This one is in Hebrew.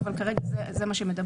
אבל כרגע זה מה שמדברים עליו.